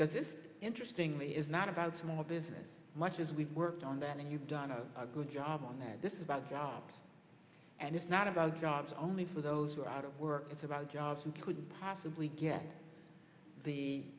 because it's interesting that he is not about small business much as we've worked on that and you've done a good job on this about job and it's not about jobs only for those who are out of work it's about jobs and couldn't possibly get the